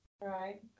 Right